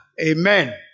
Amen